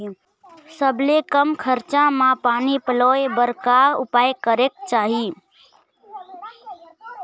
सबले कम खरचा मा पानी पलोए बर का उपाय करेक चाही?